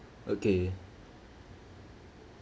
okay